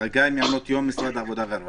הממשלה מאפשר את מה שאת